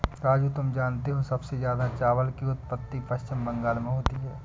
राजू तुम जानते हो सबसे ज्यादा चावल की उत्पत्ति पश्चिम बंगाल में होती है